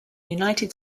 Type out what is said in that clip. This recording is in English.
united